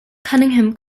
cunningham